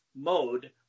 mode